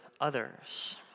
others